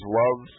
love